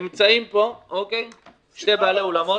נמצאים פה שני בעלי אולמות.